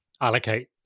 allocate